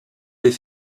les